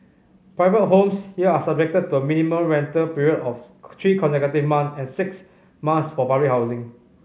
private homes here are subject to a minimum rental period of three consecutive month and six months for public housing